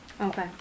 Okay